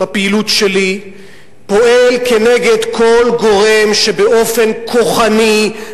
בפעילות שלי פועל כנגד כל גורם שבאופן כוחני,